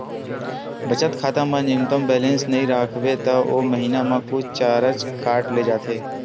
बचत खाता म न्यूनतम बेलेंस नइ राखबे त ओ महिना म कुछ चारज काट ले जाथे